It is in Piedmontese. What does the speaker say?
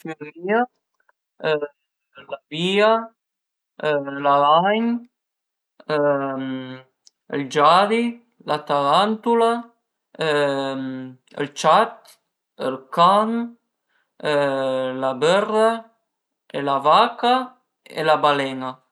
La fürmìa, l'avìa, l'aragn ël giari, la tarantula, ël ciat, ël can, la bërra, la vaca e la balen-a